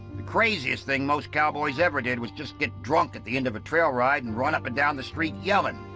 the craziest thing most cowboys ever did was just get drunk at the end of a trail ride and run up and down the street yelling.